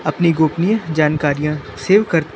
अपनी गोपनीय जानकारियाँ सेव करते